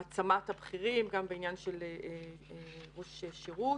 העצמת הבכירים וגם בעניין של ראש שירות.